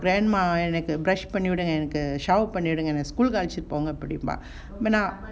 grandma தா எனக்கு:thaa enakku brush பண்ணிவிடுங்க:pannividunga shower விட்டுங்க என்ன:vidunga enna school அழச்சிட்டு போங்க அப்படிம்பா:azhachittu ponga apdimbaa